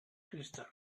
crystal